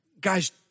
guys